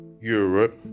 Europe